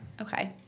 Okay